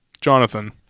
jonathan